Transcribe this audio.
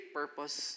purpose